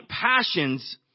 passions